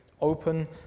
open